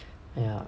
ya